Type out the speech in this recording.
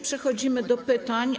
Przechodzimy do pytań.